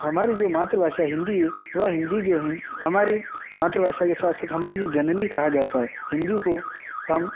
हमारी जो मातृभाषा हिंदी है वह हिंदी जो है हमारी मातृभाषा के साथ साथ हमारी जो जननी कहा जाता है हिंदी को हम